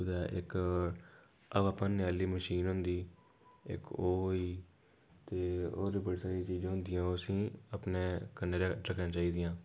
कुदै इक हवा भरने आह्ली मशीन होंदी इक ओह् होई ते होर बड़ी सारियां चीज़ां होंदियां असेंगी अपने कन्नै कन्नै रक्खनियां चाहिदियां